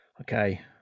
Okay